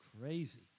crazy